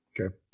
Okay